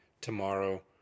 tomorrow